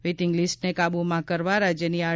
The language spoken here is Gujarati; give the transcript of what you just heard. વેઇટીંગ લીસ્ટને કાબુમાં કરવા રાજ્યની આર